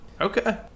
Okay